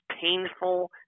painful